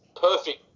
perfect